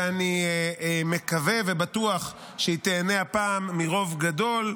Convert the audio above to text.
ואני מקווה ובטוח שהיא תיהנה הפעם מרוב גדול,